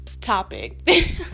topic